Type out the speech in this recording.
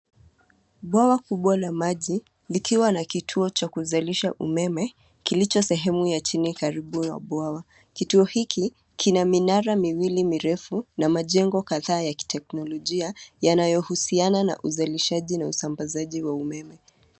Bwawa kubwa la maji, likiwa na kituo cha kuzalisha umeme kilicho sehemu ya chini karibu na bwawa. Kituo hiki kina minara mirefu miwili na majengo kadhaa ya kiteknolojia; yanayohusiana na uzalishaji na usambazaji wa umeme.